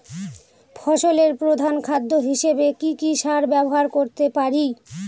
ফসলের প্রধান খাদ্য হিসেবে কি কি সার ব্যবহার করতে পারি?